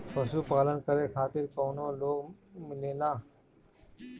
पशु पालन करे खातिर काउनो लोन मिलेला?